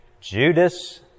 Judas